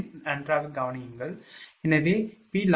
எனவேPLoss2r×P2Q2| V|21